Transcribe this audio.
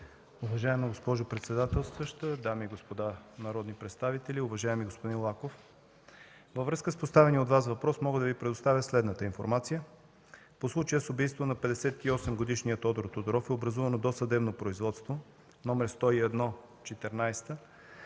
Уважаема госпожо председател, дами и господа народни представители! Уважаеми господин Лаков, във връзка с поставения от Вас въпрос мога да Ви предоставя следната информация: По случая с убийството на 58-годишния Тодор Тодоров е образувано досъдебно производство № 101-14